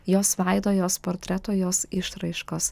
jos veido jos portreto jos išraiškos